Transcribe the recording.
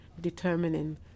determining